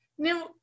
Now